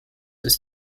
ist